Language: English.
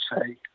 say